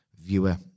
viewer